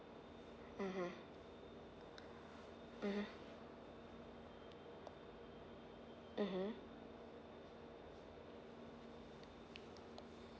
mmhmm ( mmhmm mmhmm